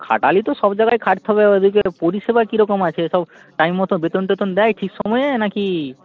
খাটালি তো সব জায়গায় খাটতে হবে ওই ওদিকে পরিষেবা কীরকম আছে সব টাইম মতো বেতন টেতন দেয় ঠিক সময়ে না কি